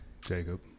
jacob